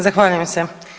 Zahvaljujem se.